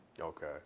Okay